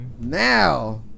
Now